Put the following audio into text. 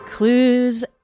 Clues